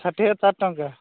ଷାଠିଏ ଚାରି ଟଙ୍କା